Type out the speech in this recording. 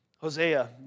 Hosea